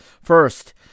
first